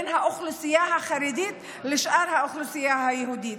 בין האוכלוסייה החרדית לשאר האוכלוסייה היהודית.